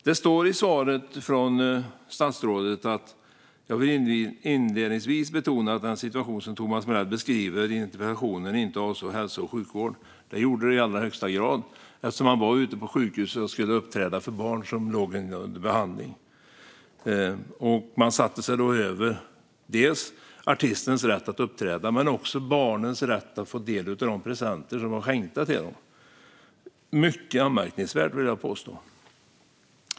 Statsrådet sa i sitt svar att hon inledningsvis ville betona att den situation som jag beskrev i interpellationen inte avsåg hälso och sjukvård. Det gjorde den dock i allra högsta grad, eftersom Peter Jezewski var ute på sjukhuset och skulle uppträda för barn som låg under behandling. Man satte sig över dels artistens rätt att uppträda, dels barnens rätt att få del av de presenter som var skänkta till dem. Det är mycket anmärkningsvärt, vill jag påstå.